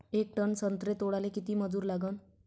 येक टन संत्रे तोडाले किती मजूर लागन?